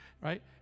right